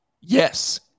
Yes